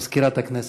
מזכירת הכנסת.